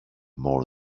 more